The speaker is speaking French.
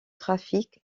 trafic